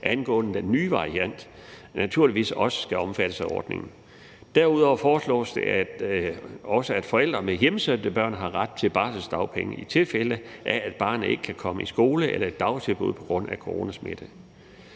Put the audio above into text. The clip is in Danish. angående den nye variant, naturligvis også skal omfattes af ordningen. Derudover foreslås det også, at forældre hjemsendte børn har ret til barselsdagpenge, i tilfælde af at barnet ikke kan komme i skole eller i dagtilbud på grund af coronasmitten.